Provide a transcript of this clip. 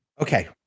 Okay